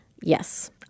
yes